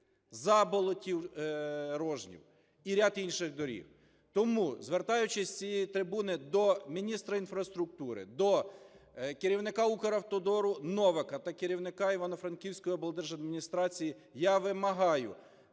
Заболотів – Рожнів і ряд інших доріг. Тому, звертаючись з цієї трибуни до міністра інфраструктури, до керівника Укравтодору Новака та керівника Івано-Франківської облдержадміністрації, я вимагаю